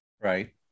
right